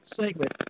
segment